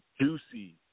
juicy